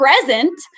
present